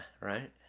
right